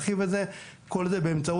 השירות.